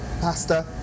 pasta